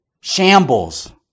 shambles